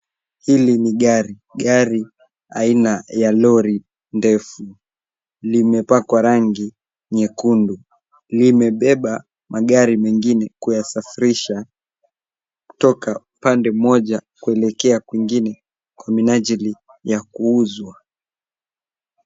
Hili ni gari, gari aina ya lori ndefu limepakwa rangi nyekundu. Limebeba gari mengine kuyasafirisha kutoka pande moja kuelekea kwingine kwa minajili ya kuuzwa.